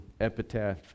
epitaph